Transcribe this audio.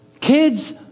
kids